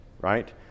right